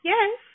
Yes